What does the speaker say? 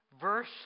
Verse